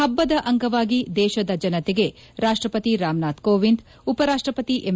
ಹಬ್ಬದ ಅಂಗವಾಗಿ ದೇಶದ ಜನತೆಗೆ ರಾಷ್ಟ್ರಪತಿ ರಾಮನಾಥ್ ಕೋವಿಂದ್ ಉಪರಾಷ್ಟ ಪತಿ ಎಂ